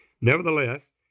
Nevertheless